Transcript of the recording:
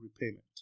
repayment